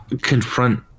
confront